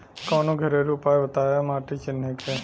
कवनो घरेलू उपाय बताया माटी चिन्हे के?